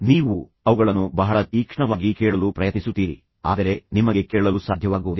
ನೀವು ಅವುಗಳನ್ನು ಬಹಳ ತೀಕ್ಷ್ಣವಾಗಿ ಕೇಳಲು ಪ್ರಯತ್ನಿಸುತ್ತೀರಿ ಆದರೆ ನಿಮಗೆ ಕೇಳಲು ಸಾಧ್ಯವಾಗುವುದಿಲ್ಲ